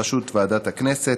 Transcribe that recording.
בראשות ועדת הכנסת,